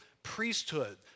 priesthood